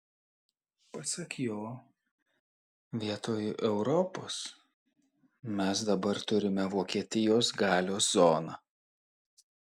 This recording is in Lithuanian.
pasak jo vietoj europos mes dabar turime vokietijos galios zoną